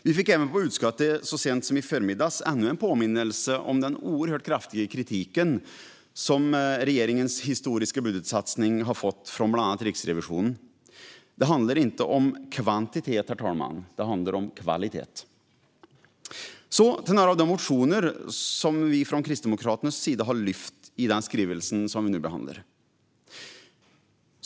Vi i utskottet fick också så sent som i förmiddags ännu en påminnelse om den oerhört kraftiga kritik som regeringens "historiska budgetsatsningar" har fått från bland annat Riksrevisionen. Det handlar inte om kvantitet, herr talman. Det handlar om kvalitet! Så till några av de motioner som vi från Kristdemokraternas sida har lyft upp i skrivelsen vi nu behandlar.